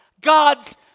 God's